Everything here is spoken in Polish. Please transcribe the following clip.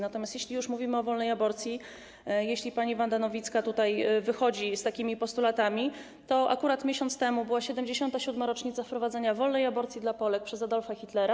Natomiast jeśli już mówimy o wolnej aborcji, jeśli pani Wanda Nowicka wychodzi tutaj z takimi postulatami, to akurat miesiąc temu była 77. rocznica wprowadzenia wolnej aborcji dla Polek przez Adolfa Hitlera.